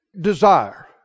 desire